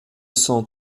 cent